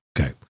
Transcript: Okay